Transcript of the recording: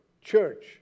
church